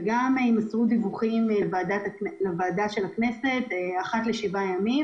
ויימסרו דיווחים גם לוועדה של הכנסת אחת לשבעה ימים,